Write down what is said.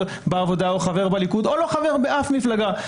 בעבודה או חבר בליכוד או לא חבר באף מפלגה.